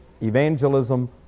evangelism